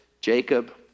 Jacob